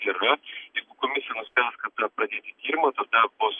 yra tai jeigu komisija nuspręs kada pradėti tyrimą tada bus